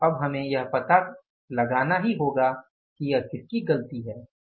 तो अब हमें यह पता लगाना होगा कि यह किसकी गलती है